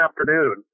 afternoon